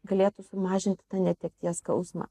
galėtų sumažinti tą netekties skausmą